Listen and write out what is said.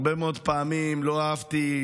הרבה מאוד פעמים לא אהבתי,